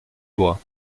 bois